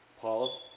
Paul